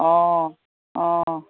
অঁ অঁ